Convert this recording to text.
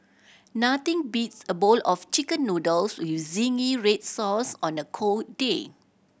nothing beats a bowl of Chicken Noodles with zingy red sauce on a cold day